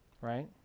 right